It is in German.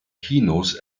kinos